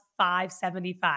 575